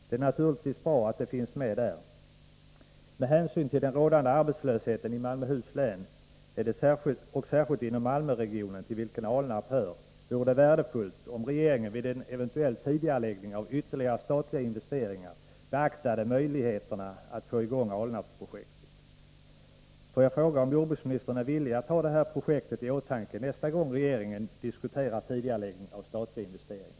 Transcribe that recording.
Det är naturligtvis bra att det finns med där. Med hänsyn till den rådande arbetslösheten i Malmöhus län — särskilt inom Malmöregionen, till vilken Alnarp hör — vore det värdefullt om regeringen, vid en eventuell tidigareläggning av ytterligare statliga investeringar, beaktade möjligheten att få i gång Alnarpsprojektet. Får jag fråga om jordbruksministern är villig att ha Alnarpsprojektet i åtanke nästa gång regeringen diskuterar tidigareläggning av statliga investeringar?